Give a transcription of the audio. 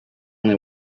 only